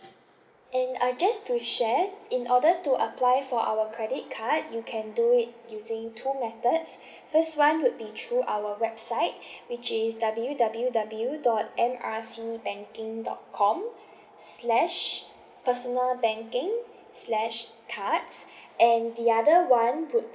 and I just to share in order to apply for our credit card you can do it using two methods first one would be through our website which is W_W_W dot M R C banking dot com slash personal banking slash cards and the other one would be